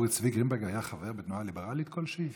אורי צבי גרינברג היה חבר בתנועה ליברלית כלשהי?